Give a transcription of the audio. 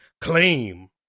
claim